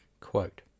Quote